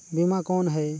बीमा कौन है?